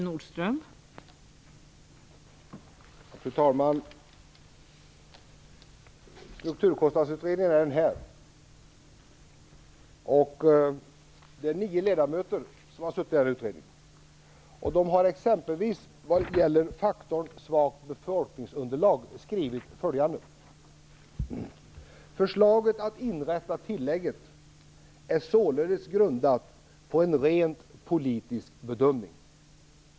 Fru talman! Strukturkostnadsutredningen består av nio ledamöter. När det gäller faktorn svagt befolkningsunderlag har den t.ex. skrivit följande: Förslaget att inrätta tillägget är således grundat på en rent politisk bedömning.